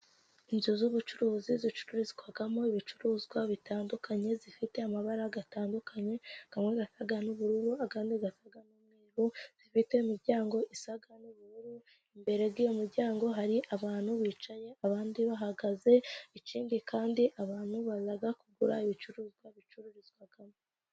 Inzu z'ubucuruzi zicururizwamo ibicuruzwa bitandukanye, zifite amabara atandukanye, amwe asa n'ubururu andi asa n'umweru, zifite imiryango isa n'ubururu, imbere y'iyo muryango hari abantu bicaye abandi bahagaze, ikindi kandi abantu baza kugura ibicuruzwa bicururizwamo.